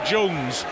Jones